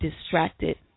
distracted